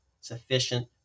sufficient